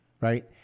right